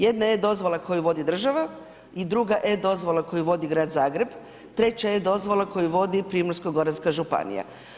Jedna e-dozvola koji vodi država i druga e-dozvola koju vodi grad Zagreba, treća e-dozvola koju vodi Primorsko-goranska županija.